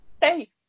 Hey